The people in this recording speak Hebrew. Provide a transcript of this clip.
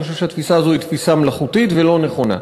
אני חושב שהתפיסה הזאת היא תפיסה מלאכותית ולא נכונה,